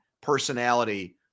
personality